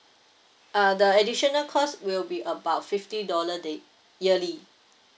uh the additional cost will be about fifty dollar day yearly